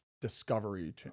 Discovery